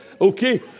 Okay